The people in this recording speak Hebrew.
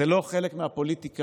זה לא חלק מהפוליטיקה.